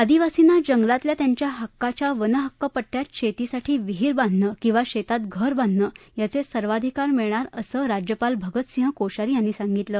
आदिवासींना जंगलातल्या त्यांच्या हक्काच्या वनहक्क पट्टयात शेतीसाठी विहिर बांधणं किंवा शेतात घर बांधणं याचे सर्वाधिकार मिळणार असं राज्यपाल भगत सिंह कोश्यारी यांनी सांगितलं